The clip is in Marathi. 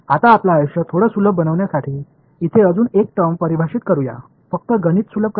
आता आपलं आयुष्य थोडं सुलभ बनवण्यासाठी इथे अजून एक टर्म परिभाषित करूया फक्त गणित सुलभ करण्यासाठी